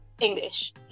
English